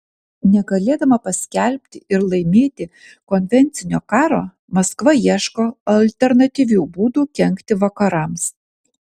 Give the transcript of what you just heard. negalėdama paskelbti ir laimėti konvencinio karo maskva ieško alternatyvių būdų kenkti vakarams